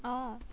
orh